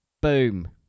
Boom